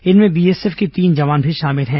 इनमें बीएसएफ के तीन जवान भी शामिल हैं